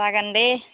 जागोन दे